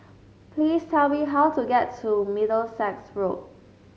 please tell me how to get to Middlesex Road